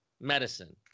medicine